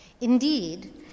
Indeed